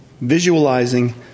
visualizing